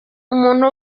umuntu